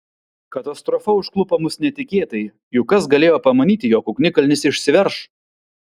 katastrofa užklupo mus netikėtai juk kas galėjo pamanyti jog ugnikalnis išsiverš